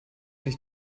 sich